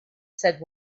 said